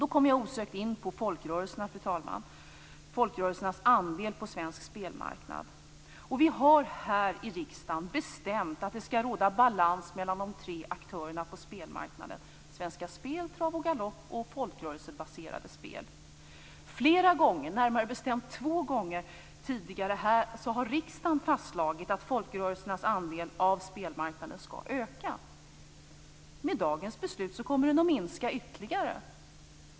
Då kommer jag osökt in på folkrörelsernas andel på svensk spelmarknad, fru talman. Vi har här i riksdagen bestämt att det skall råda balans mellan de tre aktörerna på spelmarknaden: Svenska Spel, Trav och Flera gånger tidigare, närmare bestämt två gånger, har riksdagen fastslagit att folkrörelsernas andel av spelmarknaden skall öka. Med dagens beslut kommer den att minska ytterligare.